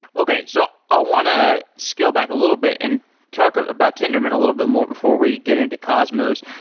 okay. so i want to scale back a little bit and talk about tendermint a little bit more before we get into cosmos.